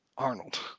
Arnold